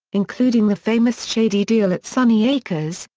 including the famous shady deal at sunny acres,